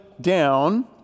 down